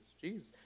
Jesus